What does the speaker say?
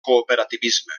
cooperativisme